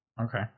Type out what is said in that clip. okay